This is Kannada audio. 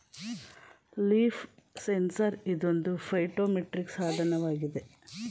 ಲೀಫ್ ಸೆನ್ಸಾರ್ ಇದೊಂದು ಫೈಟೋಮೆಟ್ರಿಕ್ ಸಾಧನವಾಗಿದೆ